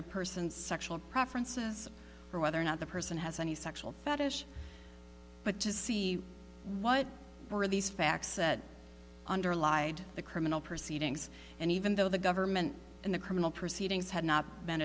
a person's sexual preferences or whether or not the person has any sexual fetish but to see what were these facts that underlie the criminal proceedings and even though the government in the criminal proceedings had not been